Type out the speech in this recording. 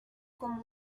como